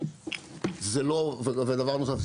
ודבר נוסף,